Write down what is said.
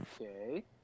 Okay